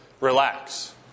relax